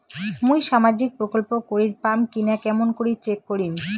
মুই সামাজিক প্রকল্প করির পাম কিনা কেমন করি চেক করিম?